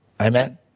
Amen